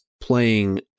playing